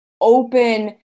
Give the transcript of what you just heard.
open